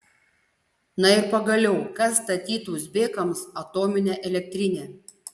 na ir pagaliau kas statytų uzbekams atominę elektrinę